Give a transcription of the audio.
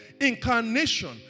Incarnation